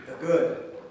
good